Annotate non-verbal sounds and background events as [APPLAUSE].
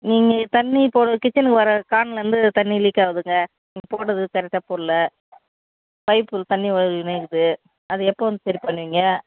நீங்கள் தண்ணி போட கிச்சனுக்கு வர கார்னர்லேர்ந்து தண்ணி லீக் ஆகுதுங்க நீங்கள் போட்டது கரெட்டாக போடல பைப்புக்கு தண்ணி [UNINTELLIGIBLE] அதை எப்போ வந்து சரி பண்ணுவீங்க